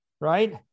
right